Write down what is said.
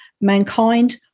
mankind